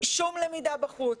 שום למידה בחוץ,